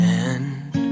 end